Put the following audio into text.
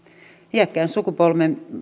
iäkkäin sukupolvemme